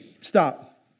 Stop